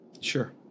Sure